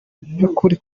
by’ukuri